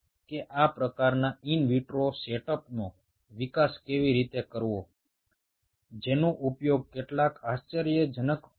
তাহলে কিভাবে in vitro setup তৈরি করা সম্ভব হবে যা এই ধরনের এক্সপেরিমেন্টের কাজে ব্যবহৃত হবে